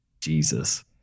Jesus